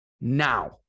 now